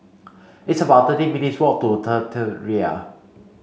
it's about thirteen minutes' walk to the Tiara